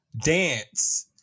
dance